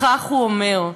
כך הוא אומר: